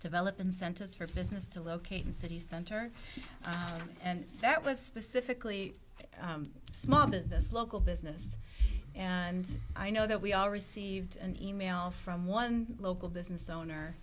develop incentives for businesses to locate in city center and that was specifically small business local business and i know that we all received an email from one local business owner